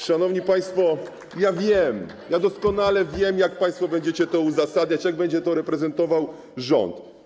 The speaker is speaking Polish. Szanowni państwo, ja wiem, doskonale wiem, jak państwo będziecie to uzasadniać, jak będzie to prezentował rząd.